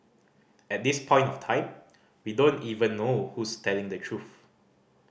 at this point of time we don't even know who's telling the truth